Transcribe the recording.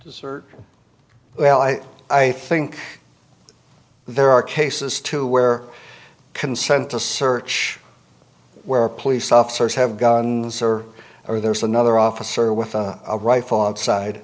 search well i i think there are cases to where consent to search where police officers have guns or or there's another officer with a rifle outside